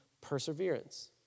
perseverance